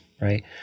right